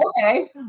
okay